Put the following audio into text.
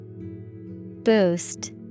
Boost